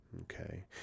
okay